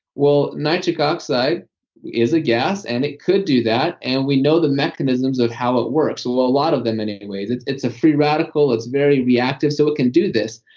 well, nitric oxide is a gas and it could do that, and we know the mechanisms of how it works, well a lot of them and anyways. it's it's a free radical. it's very reactive so it can do this.